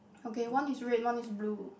okay one is red one is blue